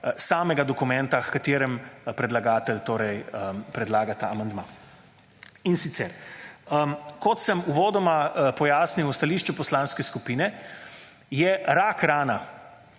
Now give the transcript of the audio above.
samega dokumenta, h kateremu predlagatelj torej predlaga ta amandma. In sicer, kot sem uvodoma pojasnil v stališču poslanske skupine, je rakrana,